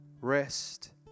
rest